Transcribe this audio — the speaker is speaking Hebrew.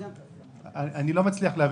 אני לא מצליח להבין.